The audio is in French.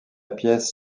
pièce